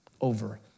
over